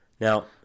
Now